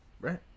right